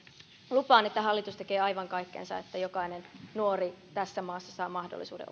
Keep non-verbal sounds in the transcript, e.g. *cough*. lupaan että hallitus tekee aivan kaikkensa että jokainen nuori tässä maassa saa mahdollisuuden *unintelligible*